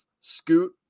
scoot